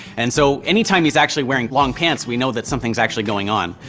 and so any time he's actually wearing long pants, we know that something's actually going on.